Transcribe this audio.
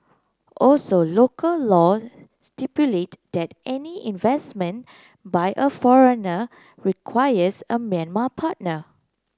also local law stipulate that any investment by a foreigner requires a Myanmar partner